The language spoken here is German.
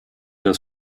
das